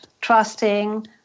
trusting